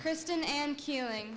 kristen and killing